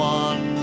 one